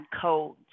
codes